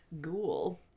ghoul